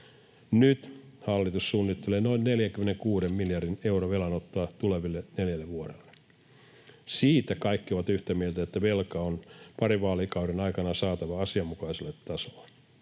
Nyt hallitus suunnittelee noin 46 miljardin euron velanottoa tuleville neljälle vuodelle. Siitä kaikki ovat yhtä mieltä, että velka on parin vaalikauden aikana saatava asianmukaiselle tasolle.